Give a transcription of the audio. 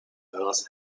earth